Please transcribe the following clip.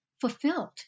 fulfilled